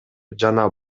жана